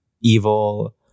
evil